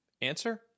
Answer